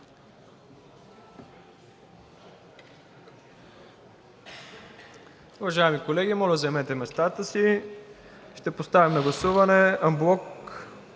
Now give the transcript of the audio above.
Уважаеми колеги, моля да заемете местата си – ще поставя на гласуване